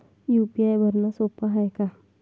UPI भरनं सोप हाय का?